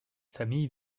famille